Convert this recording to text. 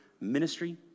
ministry